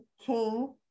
King